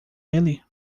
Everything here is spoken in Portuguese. ele